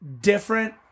different